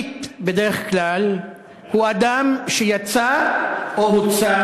בדרך כלל, פליט הוא אדם שיצא או הוצא